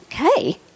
Okay